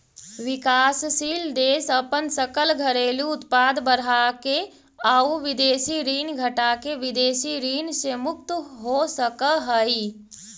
विकासशील देश अपन सकल घरेलू उत्पाद बढ़ाके आउ विदेशी ऋण घटाके विदेशी ऋण से मुक्त हो सकऽ हइ